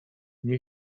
nie